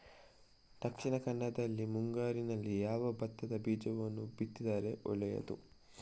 ದಕ್ಷಿಣ ಕನ್ನಡದಲ್ಲಿ ಮುಂಗಾರಿನಲ್ಲಿ ಯಾವ ಭತ್ತದ ಬೀಜ ಬಿತ್ತಿದರೆ ಒಳ್ಳೆಯದು?